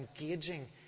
engaging